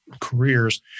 careers